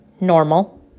normal